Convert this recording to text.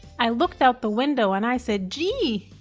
i looked out the window. and i said, gee!